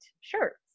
shirts